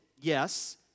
yes